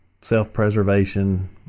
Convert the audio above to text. self-preservation